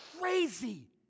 crazy